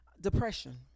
depression